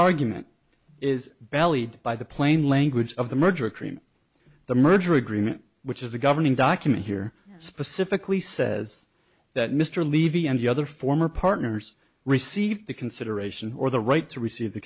argument is bellied by the plain language of the merger cream the merger agreement which is the governing document here specifically says that mr levy and the other former partners receive the consideration or the right to receive the